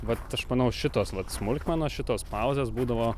vat aš manau šitos smulkmenos šitos pauzės būdavo